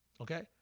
Okay